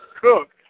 Cook